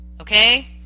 okay